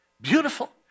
beautiful